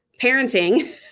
parenting